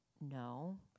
No